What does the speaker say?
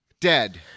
Dead